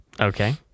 Okay